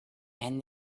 and